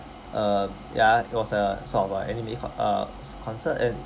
um ya it was a sort of a anime con~ uh s~ concert and